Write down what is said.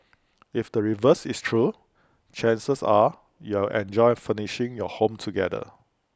if the reverse is true chances are you'll enjoy furnishing your home together